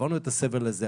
עברנו את הסבל הזה,